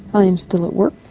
i am still at work.